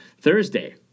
Thursday